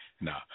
nah